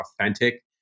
authentic